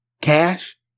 cash